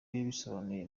yabisobanuye